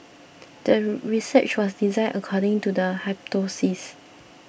the research was designed according to the hypothesis